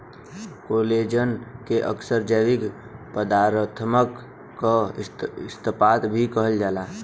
collagen के अक्सर जैविक पदारथन क इस्पात भी कहल जाला